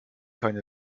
keine